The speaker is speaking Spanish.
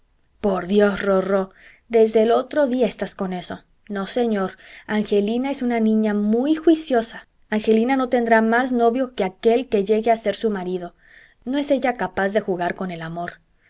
por dios rorró desde el otro día estás con eso no señor angelina es una niña muy juiciosa angelina no tendrá más novio que aquel que llegue a ser su marido no es ella capaz de jugar con el amor